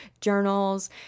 journals